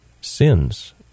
sins